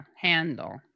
handle